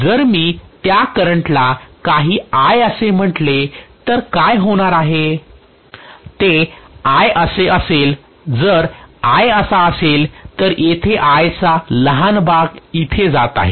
जर मी त्या करंट ला काही I असे म्हंटले तर काय होणार आहे ते I असे असेल जर I असा असेल येथे I चा लहान भाग इथे जात आहे